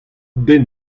den